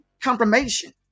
confirmation